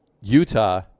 Utah